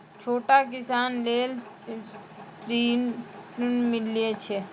छोटा किसान लेल ॠन मिलय छै?